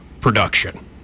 production